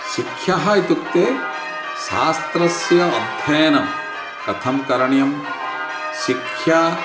शिक्षा इत्युक्ते शास्त्रस्य अध्ययनं कथं करणीयं शिक्षा